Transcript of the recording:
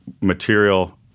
material